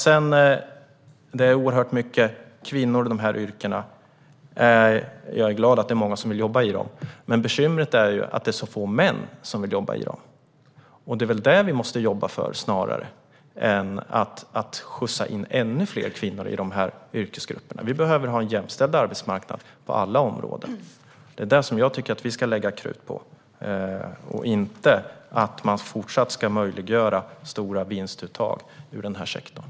Sedan är det oerhört många kvinnor i de här yrkena, och jag är glad att det är många som vill jobba i dem. Men bekymret är att det är så få män som vill jobba i dem. Vi måste väl jobba för att få in män i de här yrkesgrupperna snarare än att skjutsa in ännu fler kvinnor där. Vi behöver ha en jämställd arbetsmarknad på alla områden. Det är det som jag tycker att vi ska lägga krut på och inte att fortsatt möjliggöra stora vinstuttag i den här sektorn.